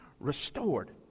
restored